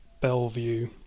Bellevue